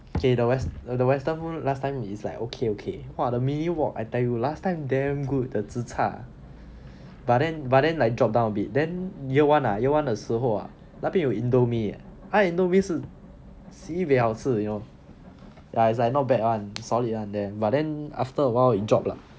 okay the west the western food last time is like okay okay !wah! the mini wok !wah! I tell you last time damn good the zi char but then but then like drop down a bit then year one ah year one ah 的时候 ah 那边有 indomie 他 indomie 是 si bei 好吃 you know like it's like not bad [one] solid [one] then but then after a while it dropped lah